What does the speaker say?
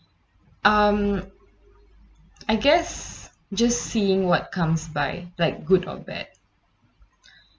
um I guess just seeing what comes by like good or bad